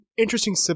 Interesting